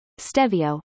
Stevio